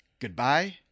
Goodbye